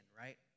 right